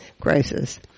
crisis